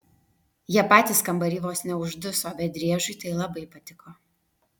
jie patys kambary vos neužduso bet driežui tai labai patiko